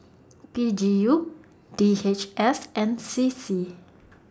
P G U D H S and C C